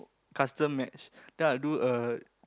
custom match then I will do a